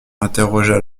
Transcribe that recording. interrogea